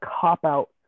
cop-out